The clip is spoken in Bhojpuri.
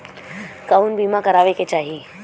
कउन बीमा करावें के चाही?